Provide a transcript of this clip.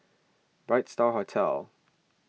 Bright Star Hotel